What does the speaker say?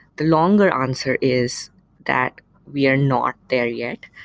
the longer answer is that we are not there yet.